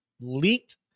leaked